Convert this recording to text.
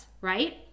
right